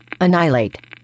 Annihilate